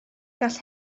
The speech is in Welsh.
gall